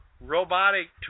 robotic